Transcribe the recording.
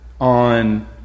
on